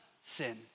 sin